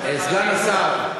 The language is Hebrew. סגן השר,